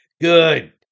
Good